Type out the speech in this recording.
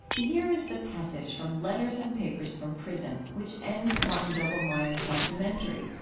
here is the passage from letters and papers from prison which ends martin doblmeier's documentary.